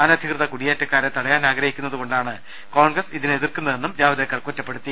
അനധികൃത കുടിയേറ്റക്കാരെ തടയാനാഗ്രഹിക്കു ന്നതുകൊണ്ടാണ് കോൺഗ്രസ് ഇതിനെ എതിർക്കുന്ന തെന്നും ജാവ്ദേക്കർ കുറ്റപ്പെടുത്തി